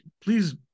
please